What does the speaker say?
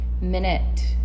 minute